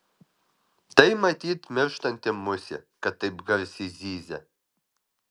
tai matyt mirštanti musė kad taip garsiai zyzia